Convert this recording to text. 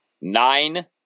Nine